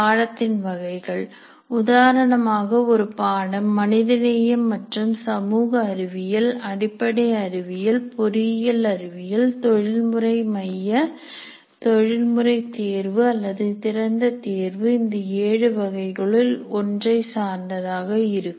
பாடத்தின் வகைகள் உதாரணமாக ஒரு பாடம் மனிதநேயம் மற்றும் சமூக அறிவியல் அடிப்படை அறிவியல் பொறியியல் அறிவியல் தொழில்முறை மைய தொழில்முறை தேர்வு அல்லது திறந்த தேர்வு இந்த ஏழு வகைகளில் ஒன்றை சார்ந்ததாக இருக்கும்